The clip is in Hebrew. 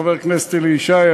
חבר הכנסת אלי ישי,